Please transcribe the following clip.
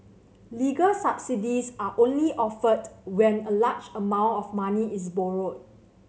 legal subsidies are only offered when a large amount of money is borrowed